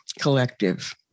Collective